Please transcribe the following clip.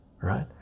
right